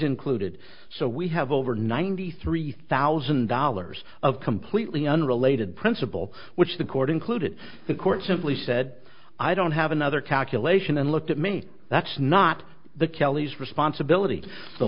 included so we have over ninety three thousand dollars of completely unrelated principle which the court included the court simply said i don't have another calculation and looked at me that's not the kellys responsibility the